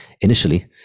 initially